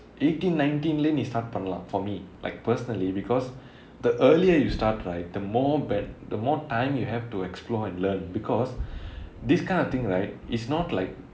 eighteen nineteen leh நீ:nee start பண்லாம்:panlaam for me like personally because the earlier you start right the more ben~ the more time you have to explore and learn because this kind of thing right is not like